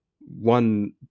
one